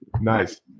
Nice